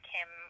Kim